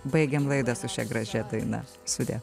baigiam laidą su šia gražia daina sudie